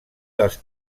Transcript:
dels